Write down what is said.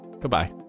Goodbye